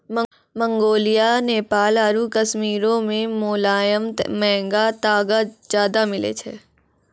Mongolia, Nepal आरु कश्मीरो मे मोलायम महंगा तागा ज्यादा मिलै छै